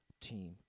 team